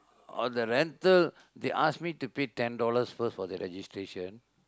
orh the rental they ask me to pay ten dollar first for the registration